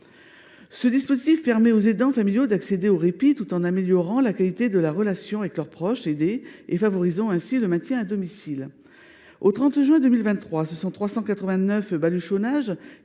Ce dispositif permet aux aidants familiaux d’accéder au répit tout en améliorant la qualité de la relation avec leur proche aidé, favorisant ainsi le maintien à domicile. Au 30 juin 2023, ce sont 389 baluchonnages